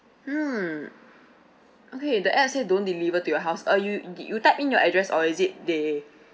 mm okay the apps said don't deliver to your house uh you did you type in your address or is it they